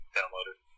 downloaded